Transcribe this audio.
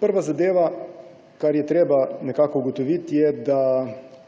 Prva zadeva, kar je treba ugotoviti, je, da